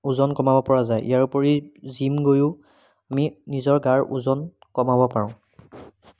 ওজন কমাব পৰা যায় ইয়াৰ উপৰি জিম গৈয়ো আমি নিজৰ গাৰ ওজন কমাব পাৰোঁ